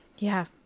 yeah.